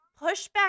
pushback